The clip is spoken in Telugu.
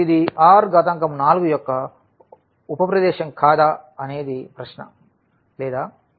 ఇప్పుడు ఇది R4 యొక్క ఉప ప్రదేశం కాదా అనేది ప్రశ్న లేదా